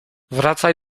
wracaj